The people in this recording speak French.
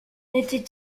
n’était